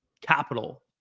capital